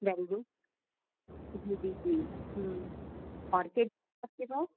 very good جی جی جی اور آپ کے پاس